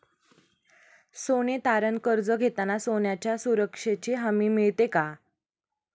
सोने तारण कर्ज घेताना सोन्याच्या सुरक्षेची हमी मिळते का?